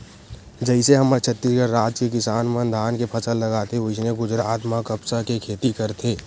जइसे हमर छत्तीसगढ़ राज के किसान मन धान के फसल लगाथे वइसने गुजरात म कपसा के खेती करथे